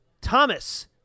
Thomas